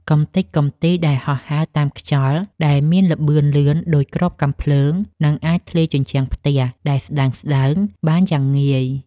កម្ទេចកំទីដែលហោះហើរតាមខ្យល់ដែលមានល្បឿនលឿនដូចគ្រាប់កាំភ្លើង និងអាចធ្លាយជញ្ជាំងផ្ទះដែលស្តើងៗបានយ៉ាងងាយ។